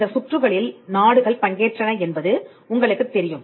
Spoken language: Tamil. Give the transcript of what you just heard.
இந்த சுற்றுகளில் நாடுகள் பங்கேற்றன என்பது உங்களுக்குத் தெரியும்